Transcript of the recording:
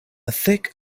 thick